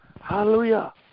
Hallelujah